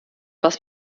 was